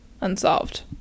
unsolved